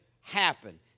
happen